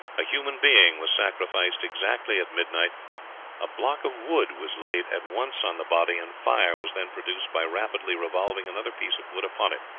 a human being was sacrificed exactly at midnight a block of wood was laid at once on the body, and fire was then produced by rapidly revolving another piece of wood upon it